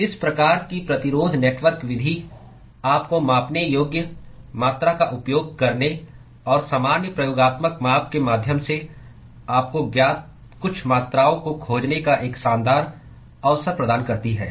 तो इस प्रकार की प्रतिरोध नेटवर्क विधि आपको मापने योग्य मात्रा का उपयोग करने और सामान्य प्रयोगात्मक माप के माध्यम से आपको ज्ञात कुछ मात्राओं को खोजने का एक शानदार अवसर प्रदान करती है